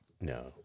No